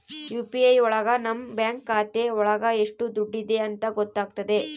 UPI ಒಳಗ ನಮ್ bank ಖಾತೆ ಒಳಗ ಎಷ್ಟ್ ದುಡ್ಡಿದೆ ಅಂತ ಗೊತ್ತಾಗ್ತದೆ